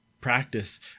practice